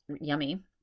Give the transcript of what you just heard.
yummy